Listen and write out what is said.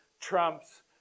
trumps